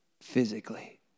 physically